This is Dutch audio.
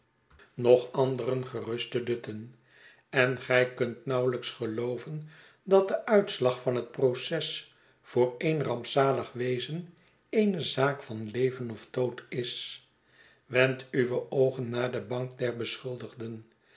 nog anderen gerust te dutten en gij kunt nauwelijks gelooven dat de uitslag van het proces voor een rampzalig wezen eene zaak van leven of dood is wend uwe oogen naar de bank der beschuldigden